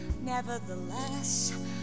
nevertheless